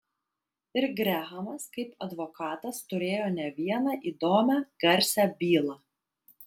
ir grehamas kaip advokatas turėjo ne vieną įdomią garsią bylą